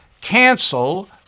cancel